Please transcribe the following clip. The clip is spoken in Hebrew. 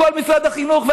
משרד החינוך,